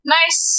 nice